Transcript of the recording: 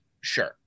sure